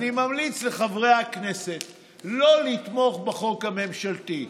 אני ממליץ לחברי הכנסת לא לתמוך בחוק הממשלתי.